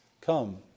come